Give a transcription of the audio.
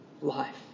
life